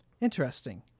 Interesting